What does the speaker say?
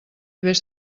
vés